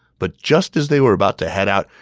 but just as they were about to head out,